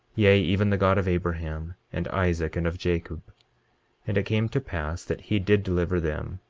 yea, even the god of abraham and isaac and of jacob and it came to pass that he did deliver them,